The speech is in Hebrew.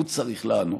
הוא צריך לענות.